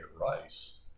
rice